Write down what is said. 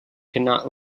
cannot